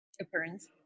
appearance